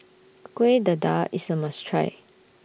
Kueh Dadar IS A must Try